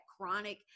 chronic